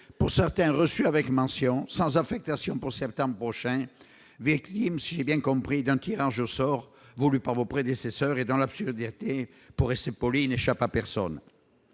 pour certains reçu avec mention sans affectation pour septembre prochain clim si j'ai bien compris d'un tirage au sort, voulue par vos prédécesseurs et dans l'absurdité pour c'est Pauline échappe à personne,